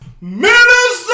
Minnesota